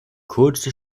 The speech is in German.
kurze